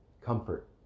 Comfort